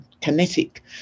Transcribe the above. kinetic